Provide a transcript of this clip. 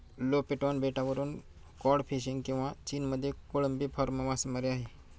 Lofoten बेटावरून cod fishing किंवा चीनमध्ये कोळंबी फार्म मासेमारी आहे